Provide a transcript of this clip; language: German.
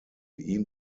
ihm